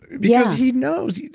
because he knows.